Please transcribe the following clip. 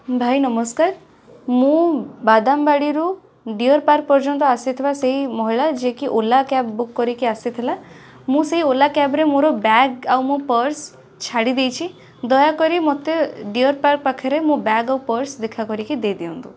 ଭାଇ ନମସ୍କାର ମୁଁ ବାଦାମବାଡ଼ିରୁ ଡିଅର୍ ପାର୍କ ପର୍ଯ୍ୟନ୍ତ ଆସିଥିବା ସେଇ ମହିଳା ଯିଏ କି ଓଲା କ୍ୟାବ୍ ବୁକ୍ କରିକି ଆସିଥିଲା ମୁଁ ସେଇ ଓଲା କ୍ୟାବ୍ରେ ମୋର ବ୍ୟାଗ୍ ଆଉ ପର୍ସ ଛାଡ଼ି ଦେଇଛି ଦୟାକରି ମୋତେ ଡିଅର୍ ପାର୍କ ପାଖରେ ମୋର ବ୍ୟାଗ୍ ଆଉ ପର୍ସ ଦେଖା କରିକି ଦେଇ ଦିଅନ୍ତୁ